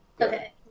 Okay